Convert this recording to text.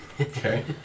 Okay